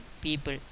people